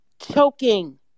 Choking